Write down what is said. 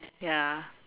ya